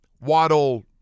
Waddle